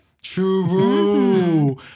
True